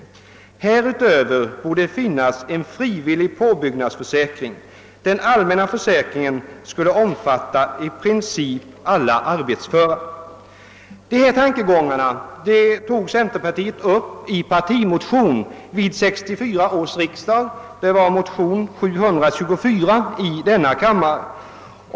Härutöver borde finnas en frivillig påbyggnadsförsäkring. Den allmänna försäkringen skulle omfatta i princip alla arbetsföra.» Dessa tankegångar tog centerpartiet upp i en partimotion, I: 596 och II: 724, vid 1964 års riksdag.